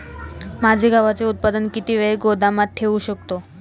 माझे गव्हाचे उत्पादन किती वेळ गोदामात ठेवू शकतो?